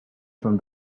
from